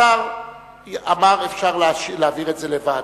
השר אמר שאפשר להעביר את זה לוועדה.